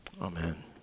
Amen